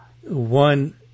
one